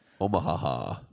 Omaha